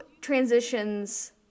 transitions